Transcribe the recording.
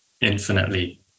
infinitely